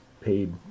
paid